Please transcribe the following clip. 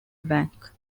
bank